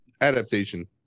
Adaptation